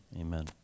Amen